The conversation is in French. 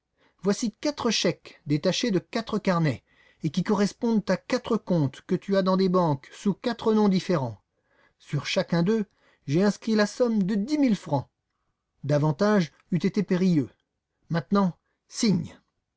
voici quatre chèques détachés de quatre carnets et qui correspondent à quatre comptes que tu as dans des banques sous quatre noms différents sur chacun d'eux j'ai inscrit la somme de dix mille francs davantage eût été périlleux maintenant signe